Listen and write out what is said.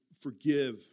forgive